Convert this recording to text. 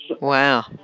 Wow